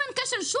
נכון, נכון.